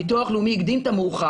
הביטוח הלאומי הקדים את המאוחר,